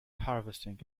harvesting